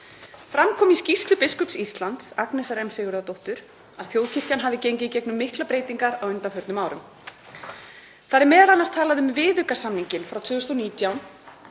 Fram kom í skýrslu biskups Íslands, Agnesar M. Sigurðardóttur, að þjóðkirkjan hafi gengið í gegnum miklar breytingar á undanförnum árum. Þar er m.a. talað um viðaukasamninginn frá 2019